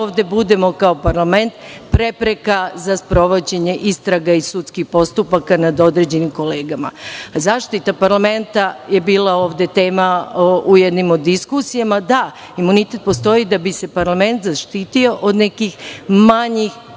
ovde budemo kao parlament, prepreka za sprovođenje istraga i sudskih postupaka nad određenim kolegama.Zaštita parlamenta je bila ovde tema u jednim od diskusija, da imunitet postoji da bi se parlament zaštitio od nekih manjih